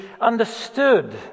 understood